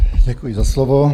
Děkuji za slovo.